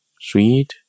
Sweet